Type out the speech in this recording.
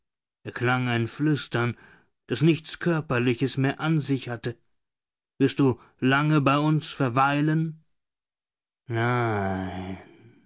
erklang ein flüstern das nichts körperliches mehr an sich hatte wirst du lange bei uns verweilen